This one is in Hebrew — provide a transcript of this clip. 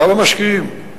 כמה משקיעים?